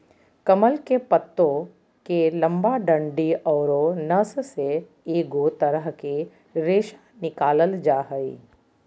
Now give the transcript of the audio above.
कमल के पत्तो के लंबा डंडि औरो नस से एगो तरह के रेशा निकालल जा हइ